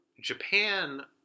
Japan